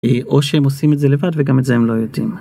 או שהם עושים את זה לבד וגם את זה הם לא יודעים.